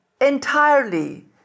entirely